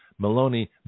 Maloney